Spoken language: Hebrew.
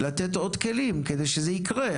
לתת עוד כלים כדי שזה יקרה.